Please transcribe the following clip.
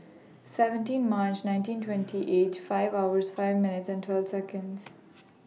seventeen March nineteen twenty eight five hours five minutes and twelve Seconds